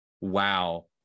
wow